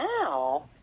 now